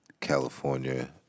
California